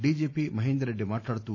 DGP Mahender Reddy మాట్లాడుతూ